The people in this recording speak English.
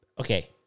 okay